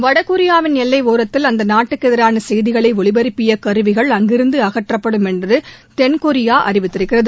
வடகொரியாவின் எல்லை ஓரத்தில் அந்த நாட்டுக்கு எதிரான செய்திகளை ஒலிபரப்பிய கருவிகள் அங்கிருந்து அகற்றப்படும் என்று தென்கொரியா அறிவித்திருக்கிறது